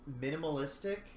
minimalistic